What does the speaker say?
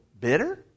bitter